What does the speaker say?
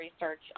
research